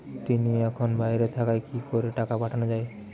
তিনি এখন বাইরে থাকায় কি করে টাকা পাঠানো য়ায়?